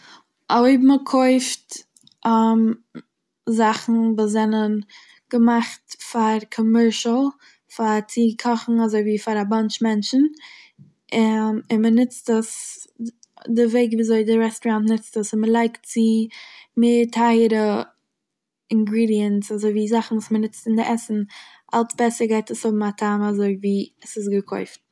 אויב מ'קויפט זאכן וואס זענען געמאכט פאר קאמערשעל- פאר צו קאכן אזוי ווי פאר א באנטש מענטשן און מ'נוצט עס די וועג ווי אזוי די רעסטוראנט נוצט עס און מ'לייגט צו מער טייערע אינגרידיענס אזוי ווי זאכן וואס מ'נוצט אין די עסן, אלץ בעסער גייט עס האבן א טעם אזוי ווי ס'איז געקויפט.